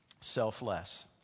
selfless